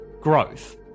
Growth